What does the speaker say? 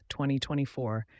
2024